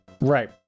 Right